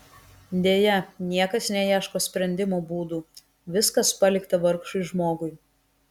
deja niekas neieško sprendimo būdų viskas palikta vargšui žmogui